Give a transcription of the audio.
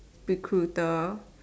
recruiter